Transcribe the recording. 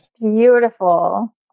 Beautiful